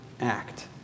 act